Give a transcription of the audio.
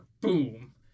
boom